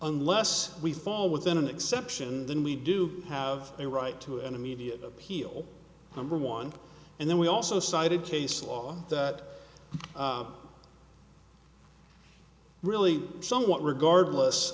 nless we fall within an exception then we do have a right to an immediate appeal number one and then we also cited case law that really somewhat regardless